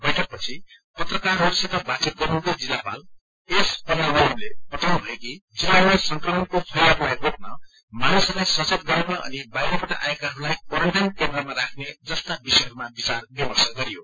बैठकपछि पत्रिकारहरूसित बातचित गर्नुहुँदै जिल्लापल एस पन्नावलमले बताउनुभयो कि जिल्लमा संक्रमणको फैलावलाई रोक्न मानिसहरूलाईयचेत गराउन अनि बाहिरबाट अएकाहरूलाई क्वारेन्टाईन केन्द्रमा राख्ने जस्ता विषयहरूमा विचार विर्मश गरियो